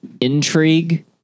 intrigue